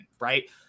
right